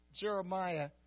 Jeremiah